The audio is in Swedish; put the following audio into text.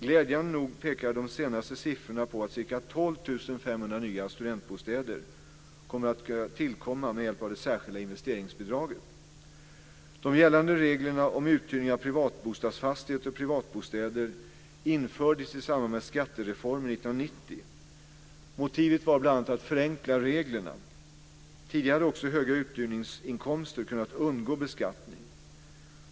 Glädjande nog pekar de senaste siffrorna på att ca 12 500 nya studentbostäder kommer att tillkomma med hjälp av det särskilda investeringsbidraget. De gällande reglerna om uthyrning av privatbostadsfastigheter och privatbostäder infördes i samband med skattereformen 1990. Motivet var bl.a. att förenkla reglerna. Tidigare hade också höga uthyrningsinkomster kunnat undgå beskattning.